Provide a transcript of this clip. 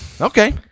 Okay